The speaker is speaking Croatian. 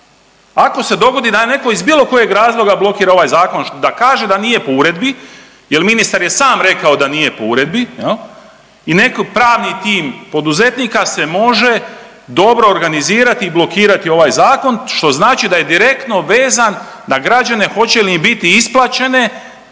Ako se dogodi da neko iz bilo kojeg razloga blokira ovaj zakon da kaže da nije po uredbi jel ministar je sam rekao da nije po uredbi jel i neki pravni tim poduzetnika se može dobro organizirati i blokirati ovaj zakon, što znači da je direktno vezan na građane hoće li im biti isplaćene